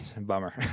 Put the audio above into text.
bummer